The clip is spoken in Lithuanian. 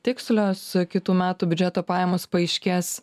tikslios kitų metų biudžeto pajamos paaiškės